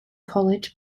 college